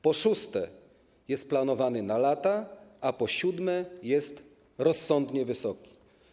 Po szóste, jest planowany na lata, a po siódme, jest rozsądnie wysoki.